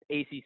ACC